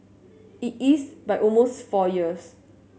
it is by almost four years